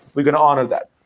we can honor that.